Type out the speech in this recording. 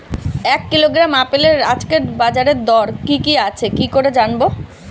এক কিলোগ্রাম আপেলের আজকের বাজার দর কি কি আছে কি করে জানবো?